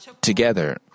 together